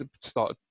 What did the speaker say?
start